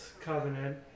Covenant